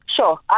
sure